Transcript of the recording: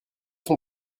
ton